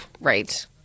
right